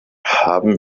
haben